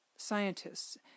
scientists